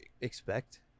expect